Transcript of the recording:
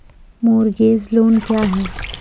Mortgage loan क्या है?